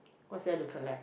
what's there to collect